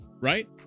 right